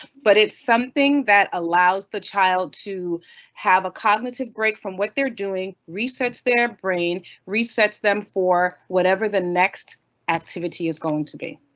but it's something that allows the child to have a cognitive break from what they're doing. resets their brain, resets them for whatever the next activity is going to be.